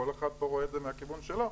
כל אחד פה רואה את זה מהכיוון שלו,